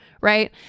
right